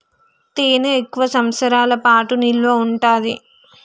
తేనె ఎక్కువ సంవత్సరాల పాటు నిల్వ ఉంటాది